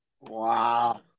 Wow